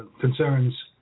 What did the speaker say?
concerns